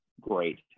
great